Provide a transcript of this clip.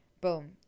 boom